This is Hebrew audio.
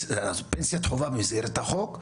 פנסיית חובה במסגרת החוק,